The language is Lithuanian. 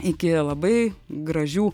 iki labai gražių